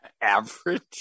Average